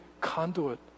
conduit